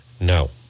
No